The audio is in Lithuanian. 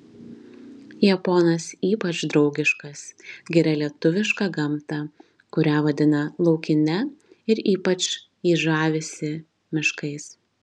japonas ypač draugiškas giria lietuvišką gamtą kurią vadina laukine ir ypač jį žavisi miškais